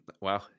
Wow